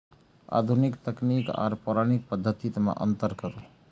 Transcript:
आधुनिक तकनीक आर पौराणिक पद्धति में अंतर करू?